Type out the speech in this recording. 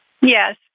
Yes